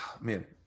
Man